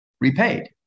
repaid